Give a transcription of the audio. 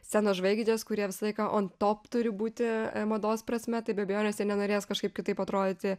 scenos žvaigždės kurie visą laiką on top turi būti mados prasme tai be abejonės jie nenorės kažkaip kitaip atrodyti